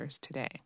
today